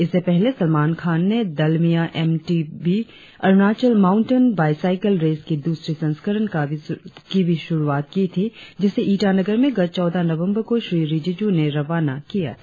इससे पहले सलमान खान ने Dalmia M T B Arunachal mountain bicycle race की दूसरी सस्करण की भी शुरुआत की थी जिसे ईटानगर में गत चौदह नवंबर को श्री रिजिजू ने रवाना किया था